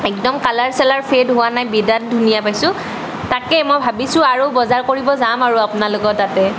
একদম কালাৰ চালাৰ ফেদ হোৱা নাই বিৰাট ধুনীয়া পাইছোঁ তাকে মই ভাবিছোঁ আৰু বজাৰ কৰিব যাম আৰু আপোনালোকৰ তাতে